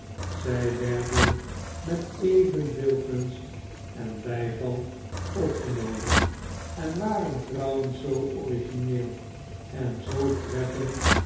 zij werden met evenveel gunst en bijval opgenomen en waren trouwens zoo orgineel en zoo treffend